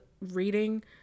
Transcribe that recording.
reading